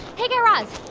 hey, guy raz,